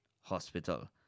hospital